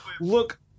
look